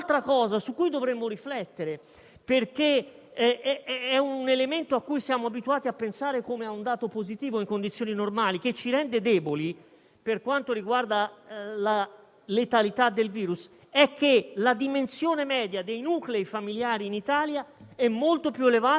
un dato positivo in condizioni normali, è che la dimensione media dei nuclei familiari in Italia è molto più elevata di quella che è possibile registrare in tutti gli altri Paesi europei, perché noi, per certi versi fortunatamente - e sappiamo quanto fortunatamente